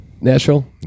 Nashville